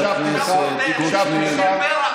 שנייה.